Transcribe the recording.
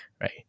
right